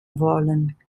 wollen